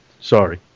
Sorry